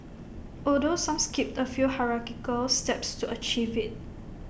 although some skipped A few hierarchical steps to achieve IT